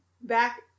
back